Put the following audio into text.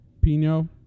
Pino